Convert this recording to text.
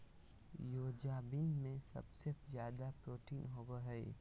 soybean में सबसे ज़्यादा प्रोटीन होबा हइ